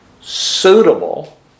suitable